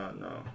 no